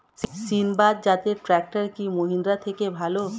সিণবাদ জাতের ট্রাকটার কি মহিন্দ্রার থেকে ভালো?